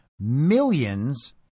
millions